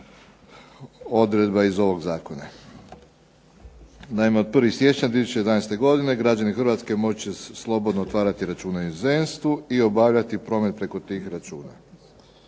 odredbe iz ovog zakona. Naime, od 1. siječnja 2011. godina građani Hrvatske moći će slobodno otvarati računi u inozemstvu i obavljati promet preko tih računa.